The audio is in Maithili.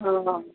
हँ